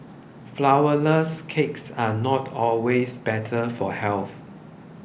Flourless Cakes are not always better for health